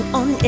on